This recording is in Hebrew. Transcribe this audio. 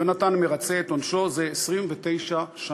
יונתן מרצה את עונשו זה 29 שנה.